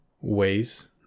ways